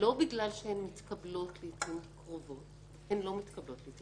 לא בגלל שהן מתקבלות לעתים קרובות, הן לא מתקבלות,